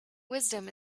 wisdom